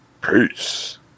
Peace